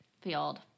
field